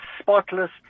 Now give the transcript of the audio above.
spotless